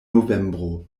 novembro